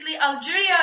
algeria